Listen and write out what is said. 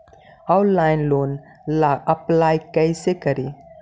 Online loan ला apply कैसे करी?